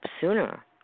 sooner